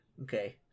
Okay